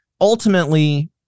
Ultimately